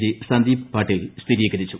G Sandeep പാട്ടിൽ സ്ഥിരീകരിച്ചു